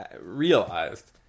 realized